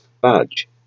badge